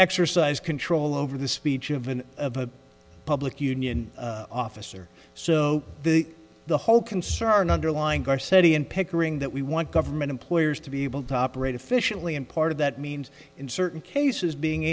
exercise control over the speech of an of a public union officer so the the whole concern underlying our city in pickering that we want government employers to be able to operate efficiently and part of that means in certain cases being